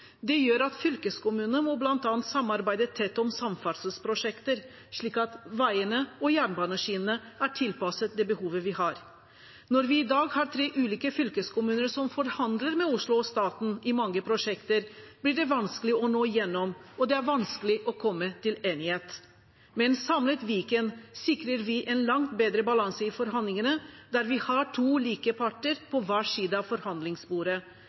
Det gjør at fylkeskommunene bl.a. må samarbeide tett om samferdselsprosjekter, slik at veiene og jernbaneskinnene er tilpasset det behovet vi har. Når vi i dag har tre ulike fylkeskommuner som forhandler med Oslo og staten i mange prosjekter, er det vanskelig å nå igjennom, og det er vanskelig å komme til enighet. Med en samlet Viken sikrer vi en langt bedre balanse i forhandlingene, der vi har to like parter på hver sin side av forhandlingsbordet.